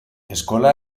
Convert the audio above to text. eskola